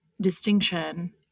distinction